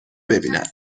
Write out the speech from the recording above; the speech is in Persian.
ببیند